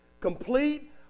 complete